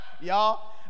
Y'all